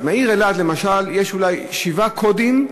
בעיר אלעד, למשל, יש שבעה קודים,